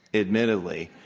admittedly,